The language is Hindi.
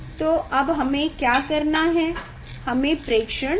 तो अब हमें क्या करना है हमें प्रेक्षण लेना है